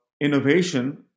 innovation